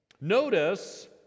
Notice